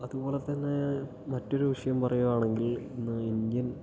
അതുപോലെത്തന്നെ മറ്റൊരു വിഷയം പറയുകയാണെങ്കിൽ ഇന്ന് ഇന്ത്യൻ